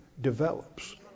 develops